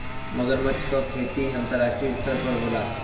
मगरमच्छ क खेती अंतरराष्ट्रीय स्तर पर होला